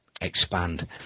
expand